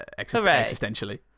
existentially